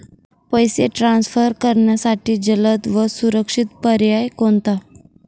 पैसे ट्रान्सफर करण्यासाठी जलद व सुरक्षित पर्याय कोणता?